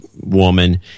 woman